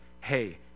Hey